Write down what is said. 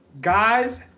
guys